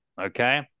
Okay